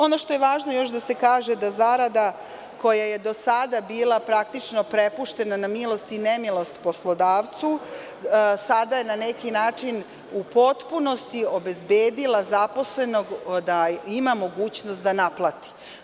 Ono što je važno da se kaže jeste da je zarada, koja je do sada bila prepuštena na milost i nemilost poslodavcu, sada na neki način u potpunosti obezbedila zaposlenog da ima mogućnost da naplati.